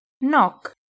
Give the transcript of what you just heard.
Knock